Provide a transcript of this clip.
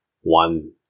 one